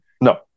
No